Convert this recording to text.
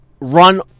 run